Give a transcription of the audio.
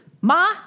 Ma